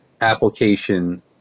application